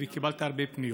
וקיבלתי הרבה פניות.